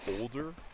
older